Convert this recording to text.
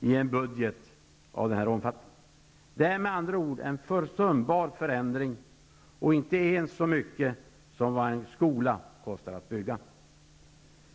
Det är med andra ord en försumbar förändring med tanke på budgetens omfattning och inte ens så mycket som vad en skola kostar att bygga.